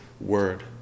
word